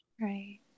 Right